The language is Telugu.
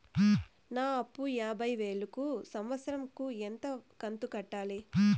నా అప్పు యాభై వేలు కు సంవత్సరం కు ఎంత కంతు కట్టాలి?